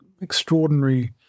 extraordinary